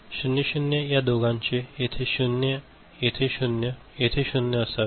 0 0 या दोघांचे येथे 0 येथे 0 आणि येथे 0 असावे